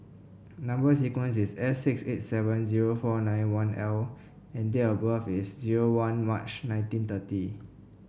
number sequence is S six eight seven zero four nine one L and date of birth is zero one March nineteen thirty